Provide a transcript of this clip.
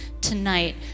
tonight